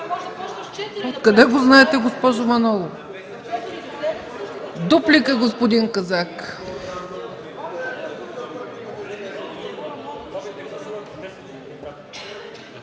Откъде го знаете, госпожо Манолова? Дуплика – господин Казак.